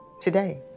today